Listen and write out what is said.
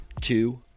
two